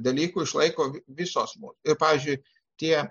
dalykų išlaiko visos mūsų ir pavyzdžiui tie